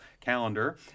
calendar